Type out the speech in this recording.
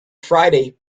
friday